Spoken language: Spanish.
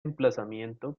emplazamiento